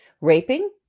raping